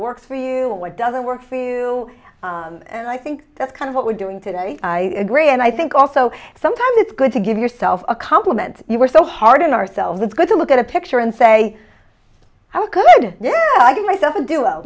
works for you what doesn't work for you and i think that's kind of what we're doing today i agree and i think also sometimes it's good to give yourself a compliment you were so hard on ourselves it's good to look at a picture and say how could i get myself a duo